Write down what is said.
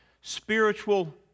spiritual